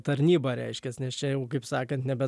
tarnybą reiškias nes čia jau kaip sakant nebe